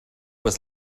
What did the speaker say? was